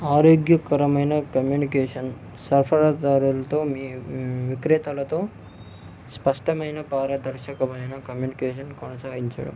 ఆరోగ్యకరమైన కమ్యూనికేషన్ సరఫరాదారులతో మీ విక్రేతలతో స్పష్టమైన పారదర్శకమైన కమ్యూనికేషన్ కొనసాగించడం